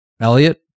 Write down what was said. Elliot